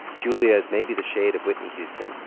julia is maybe the shade of whitney houston.